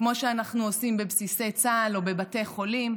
כמו שאנחנו עושים בבסיסי צה"ל או בבתי חולים,